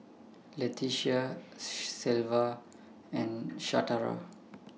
Letitia Shelva and Shatara